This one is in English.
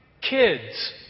kids